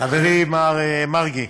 חברי מר מרגי,